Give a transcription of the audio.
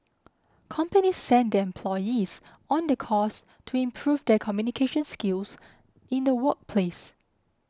companies send their employees on the course to improve their communication skills in the workplace